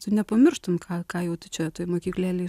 tu nepamirštum ką ką jau tu čia toj mokyklėlėj